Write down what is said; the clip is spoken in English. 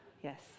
Yes